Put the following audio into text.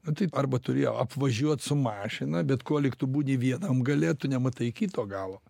nu tai arba turi apvažiuot su mašina bet kuolig tu būni vienam gale tu nematai kito galo